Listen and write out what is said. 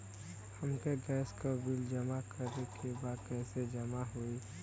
हमके गैस के बिल जमा करे के बा कैसे जमा होई?